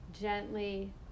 gently